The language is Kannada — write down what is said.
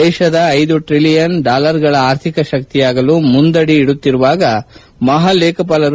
ದೇಶ ಐದು ಟ್ರಲಿಯನ್ ಡಾಲರ್ಗಳ ಆರ್ಥಿಕ ಶಕ್ಷಿಯಾಗಲು ಮುಂದಡಿ ಇಡುತ್ತಿರುವಾಗ ಮಹಾಲೇಖಪಾಲರು